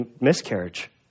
miscarriage